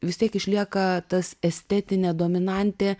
vis tiek išlieka tas estetinė dominantė